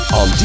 on